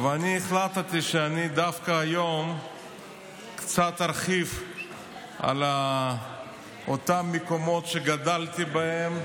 ואני החלטתי שדווקא היום קצת ארחיב על אותם מקומות שגדלתי בהם,